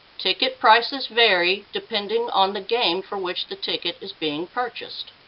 ticket prices vary depending on the game for which the ticket is being purchased.